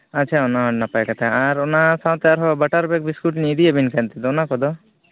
ᱟᱪᱪᱷᱟ ᱱᱚᱣᱟ ᱱᱟᱯᱟᱭ ᱠᱟᱛᱷᱟ ᱟᱨ ᱚᱱᱟ ᱥᱟᱶᱛᱮ ᱟᱨᱦᱚᱸ ᱵᱟᱴᱟᱨ ᱵᱮᱜᱽ ᱵᱤᱥᱠᱩᱴ ᱞᱤᱧ ᱤᱫᱤᱭᱟᱫ ᱵᱮᱱ ᱛᱟᱦᱮᱸᱫ ᱛᱮᱫᱚ ᱚᱱᱟ ᱠᱚᱫᱚ